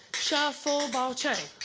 shuffle, ball change.